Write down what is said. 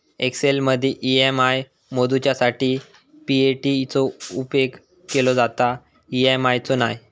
एक्सेलमदी ई.एम.आय मोजूच्यासाठी पी.ए.टी चो उपेग केलो जाता, ई.एम.आय चो नाय